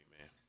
man